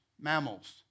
mammals